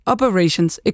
Operations